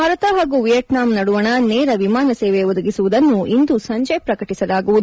ಭಾರತ ಹಾಗೂ ವಿಯೆಟ್ನಾಂ ನಡುವಣ ನೇರ ವಿಮಾನ ಸೇವೆ ಒದಗಿಸುವುದನ್ನು ಇಂದು ಸಂಜೆ ಪ್ರಕಟಿಸಲಾಗುವುದು